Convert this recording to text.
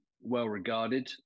well-regarded